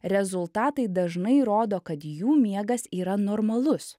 rezultatai dažnai rodo kad jų miegas yra normalus